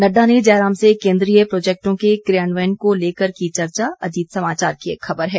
नडडा ने जयराम से केंद्रीय प्रोजेक्टों के कियान्वयन को लेकर की चर्चा अजीत समाचार की एक खबर है